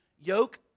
Yoke